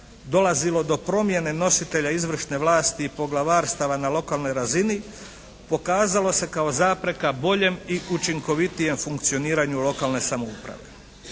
dolazilo do promjene nositelja izvršne vlasti i poglavarstava na lokalnoj razini, pokazalo se kao zapreka boljem i učinkovitijem funkcioniranju lokalne samouprave.